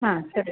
ಹಾಂ ಸರಿ